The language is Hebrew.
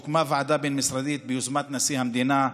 הוקמה ועדה בין-משרדית ביוזמת נשיא המדינה,